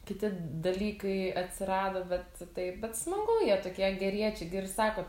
kiti dalykai atsirado bet taip bet smagu jie tokie geriečiai gi ir sako